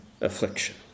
affliction